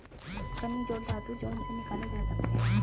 खनिज और धातु जो उनसे निकाले जा सकते हैं